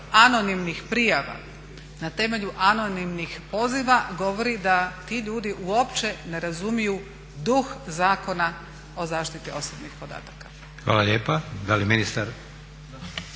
anonimnih prijava, na temelju anonimnih poziva govori da ti ljudi uopće ne razumiju duh Zakona o zaštiti osobnih podataka. **Leko, Josip (SDP)** Hvala lijepa. Da li ministar?